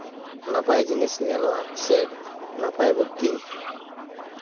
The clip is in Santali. ᱱᱟᱯᱟᱭ ᱡᱤᱱᱤᱥ ᱧᱮᱞᱚᱜᱼᱟ ᱥᱮ ᱱᱟᱯᱟᱭ ᱵᱩᱫᱽᱫᱷᱤ